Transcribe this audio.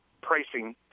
pricing